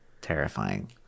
Terrifying